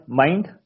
mind